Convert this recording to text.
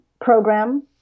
program